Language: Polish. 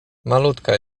malutka